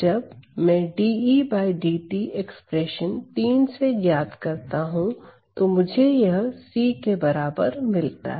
जब मैं dEdt expression 3 से ज्ञात करता हूं तो मुझे यह C के बराबर मिलता है